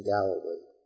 Galilee